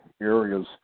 areas